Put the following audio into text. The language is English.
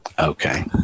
Okay